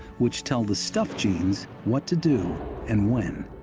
which tell the stuff genes what to do and when.